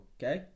Okay